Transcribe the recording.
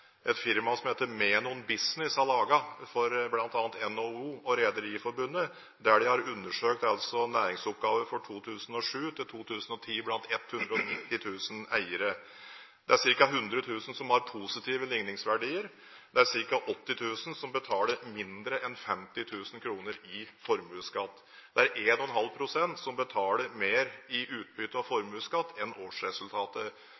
et firma som heter Menon Business Economics, har laget for bl.a. NHO og Rederiforbundet, der de har undersøkt næringsoppgaver for 2007–2010 blant 190 000 eiere. Det er ca. 100 000 som har positive likningsverdier, det er ca. 80 000 som betaler mindre enn 50 000 kr i formuesskatt, det er 1,5 pst. som betaler mer i utbytte